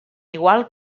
igual